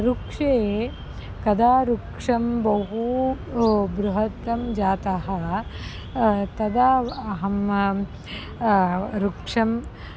वृक्षे कदा वृक्षं बहु बृहत् जातं तदा अहं वृक्षम्